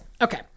Okay